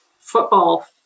football